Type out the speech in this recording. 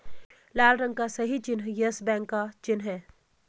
लाल रंग का सही चिन्ह यस बैंक का चिन्ह है